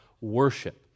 worship